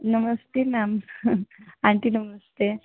नमस्ते ma'am aunty नमस्ते